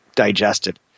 digested